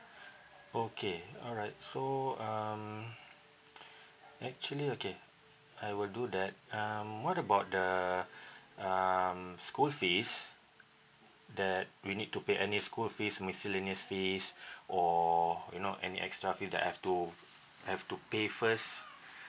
okay alright so um actually okay I will do that um what about the um school fees that we need to pay any school fees miscellaneous fees or you know any extra fee that I have to have to pay first